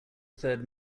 third